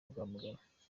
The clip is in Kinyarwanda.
rwamagana